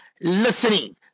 listening